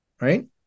right